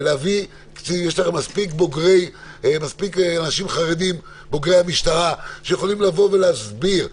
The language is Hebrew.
יש לכם מספיק אנשים חרדים בוגרי המשטרה שיכולים לבוא ולהסביר,